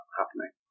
happening